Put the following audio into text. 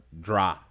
dry